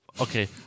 Okay